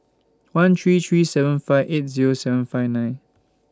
one three three seven five eight Zero seven five nine